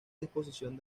disposición